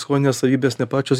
skonio savybės ne pačios